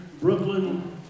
Brooklyn